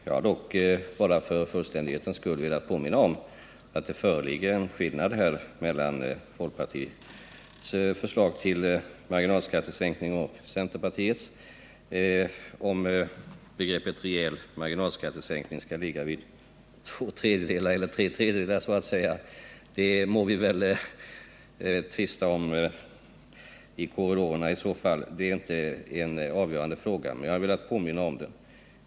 Jag har dock för fullständighetens skull velat påminna om att det föreligger en skillnad mellan folkpartiets förslag till marginalskattesänkning och centerpartiets. Huruvida begreppet ”rejäl marginalskattesänkning” innebär två tredjedelar eller tre tredjedelar så att säga må vi tvista om i korridorerna — det är inte någon avgörande fråga, men jag har velat påminna om detta.